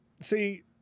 See